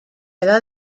edad